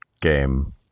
game